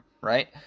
right